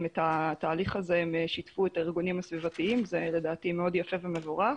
בתהליך הזה הם שיתפו את הארגונים הסביבתיים ולדעתי זה מאוד יפה ומבורך.